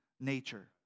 nature